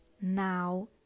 Now